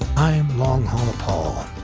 i'm long haul paul.